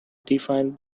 defined